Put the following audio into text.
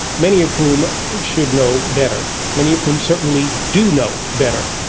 many of whom should know better, many of whom certainly do know better,